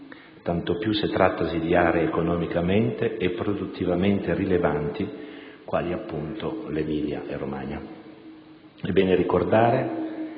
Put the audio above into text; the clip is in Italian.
tanto più se trattasi di aree economicamente e produttivamente rilevanti quali appunto l'Emilia Romagna. È bene ricordare,